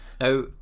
now